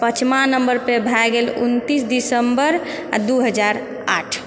पचमा नम्बरपर भऽ गेल उनतिस दिसम्बर दू हजार आठ